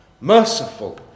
merciful